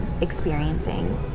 experiencing